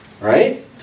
Right